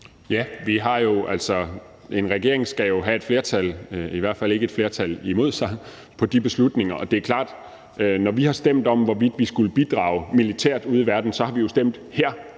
Ja, en regering skal jo have et flertal, i hvert fald ikke have et flertal imod sig i forhold til de beslutninger. Det er klart, at når vi har stemt om, hvorvidt vi skulle bidrage militært ude i verden, så har vi jo stemt her